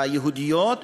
היהודיות,